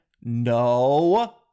No